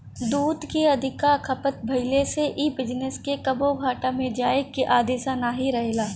दूध के अधिका खपत भइले से इ बिजनेस के कबो घाटा में जाए के अंदेशा नाही रहेला